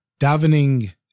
davening